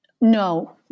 No